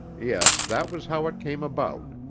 yes, that was how it came about.